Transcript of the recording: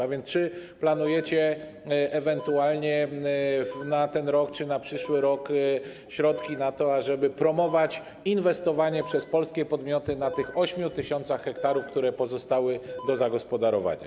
A więc czy planujecie ewentualnie na ten rok czy na przyszły rok środki na to, ażeby promować inwestowanie przez polskie podmioty na tych 8 tys. ha, które pozostały do zagospodarowania?